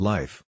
Life